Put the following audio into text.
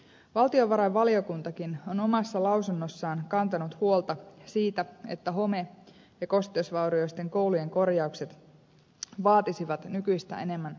valtiovarainvaliokuntakin on omassa lausunnossaan kantanut huolta siitä että home ja kosteusvaurioisten koulujen korjaukset vaatisivat nykyistä enemmän rahoitusta